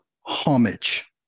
homage